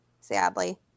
Sadly